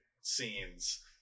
scenes